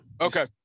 Okay